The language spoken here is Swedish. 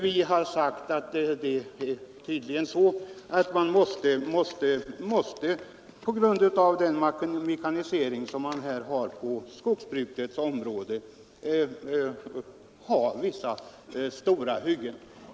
Vi har sagt att man på grund av mekaniseringen inom skogsbruket tydligen måste ha stora hyggen.